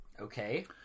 Okay